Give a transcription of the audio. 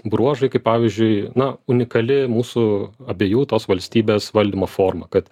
bruožai kaip pavyzdžiui na unikali mūsų abiejų tos valstybės valdymo forma kad